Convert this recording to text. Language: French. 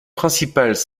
principales